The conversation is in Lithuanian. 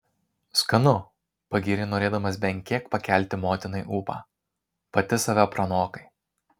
skanu pagyrė norėdamas bent kiek pakelti motinai ūpą pati save pranokai